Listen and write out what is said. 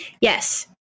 Yes